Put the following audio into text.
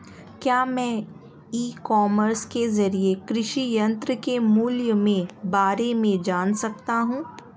क्या मैं e commerce के ज़रिए कृषि यंत्र के मूल्य में बारे में जान सकता हूँ?